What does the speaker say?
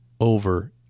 over